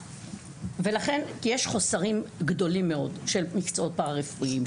ולכן יש חוסרים גדולים מאוד של מקצועות פרא רפואיים,